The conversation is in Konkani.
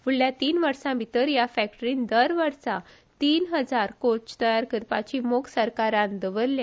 फुडल्या तीन वर्सा भितर ह्या फॅक्टरीत दर वर्साक तीन हजार कोच तयार करपाची मोख सरकारान दवरल्या